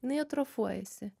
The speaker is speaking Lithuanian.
jinai atrofuojasi